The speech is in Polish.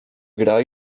gra